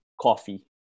coffee